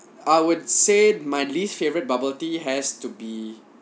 I would say my least favourite bubble tea has to be